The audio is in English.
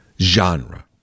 genre